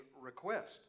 request